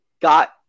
got –